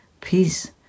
peace